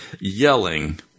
yelling